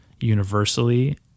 universally